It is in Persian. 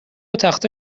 تخته